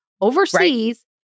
overseas